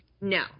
No